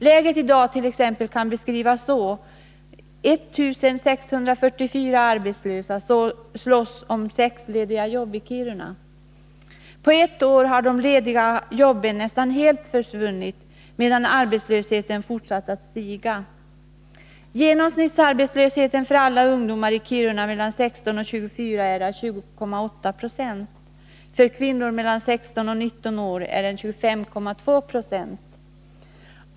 Läget i dag t.ex. kan beskrivas så här: 1 644 arbetslösa slåss om sex lediga jobb i Kiruna. På ett år har de lediga jobben nästan helt försvunnit, medan arbetslösheten fortsatt att stiga. Genomsnittsarbetslösheten för alla ungdomar i Kiruna mellan 16 och 24 år är 20,8 20. För kvinnor mellan 16 och 19 år är den 25,2 70.